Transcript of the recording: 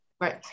Right